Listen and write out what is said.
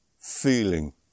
feeling